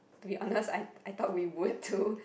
to be honest I I told we would too